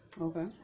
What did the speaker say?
Okay